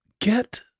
get